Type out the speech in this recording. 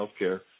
Healthcare